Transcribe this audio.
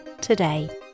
today